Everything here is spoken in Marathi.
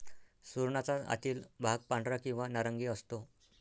सुरणाचा आतील भाग पांढरा किंवा नारंगी असतो